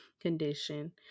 condition